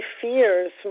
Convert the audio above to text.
fears